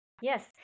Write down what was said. Yes